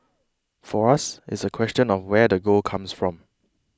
for us it's a question of where the gold comes from